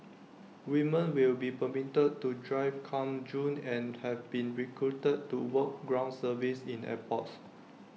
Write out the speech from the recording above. women will be permitted to drive come June and have been recruited to work ground service in airports